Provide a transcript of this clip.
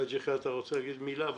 חאג' יחיא, אתה רוצה להגיד מילה?